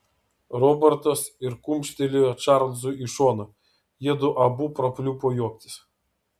robertas ir kumštelėjo čarlzui į šoną jiedu abu prapliupo juoktis